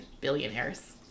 billionaires